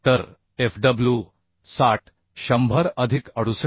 तर Fw 60 100 अधिक 68